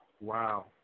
Wow